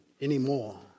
anymore